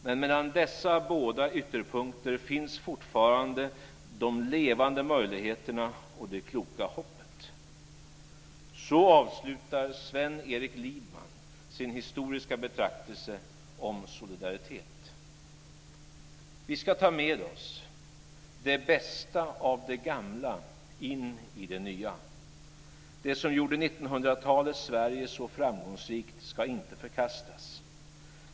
Men mellan dessa båda ytterpunkter finns fortfarande de levande möjligheterna och det kloka hoppet." Så avslutar Sven-Eric Liedman sin historiska betraktelse Om solidaritet. Vi ska ta med oss det bästa av det gamla in i det nya. Det som gjorde 1900-talets Sverige så framgångsrikt ska inte förkastas.